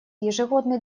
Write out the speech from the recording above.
ежегодный